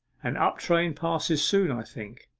an up-train passes soon, i think